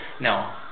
No